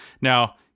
Now